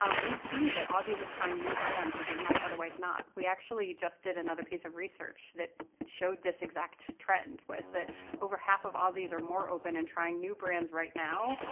ah we see that aussies are trying new brands that they might otherwise not. we actually just did another piece of research that showed this exact trend, was that over half of aussies are more open and trying new brands right now,